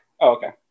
Okay